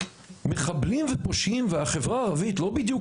מחבלים ופושעים והחברה הערבית לא בדיוק